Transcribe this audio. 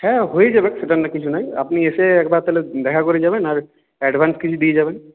হ্যাঁ হয়ে যাবে সেটা কিছু নয় আপনি এসে একবার তাহলে দেখা করে যাবেন আর অ্যাডভান্স কিছু দিয়ে যাবেন